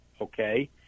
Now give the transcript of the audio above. okay